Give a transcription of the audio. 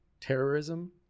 terrorism